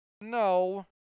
No